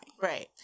Right